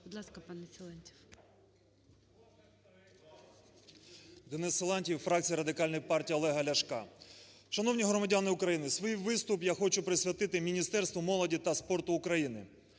Денис Силантьєв, фракція Радикальної партії Олега Ляшка. Шановні громадяни України! Свій виступ я хочу присвятити Міністерству молоді та спорту України,